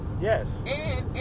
Yes